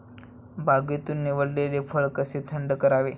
बागेतून निवडलेले फळ कसे थंड करावे?